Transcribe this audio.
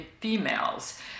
females